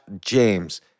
James